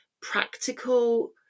practical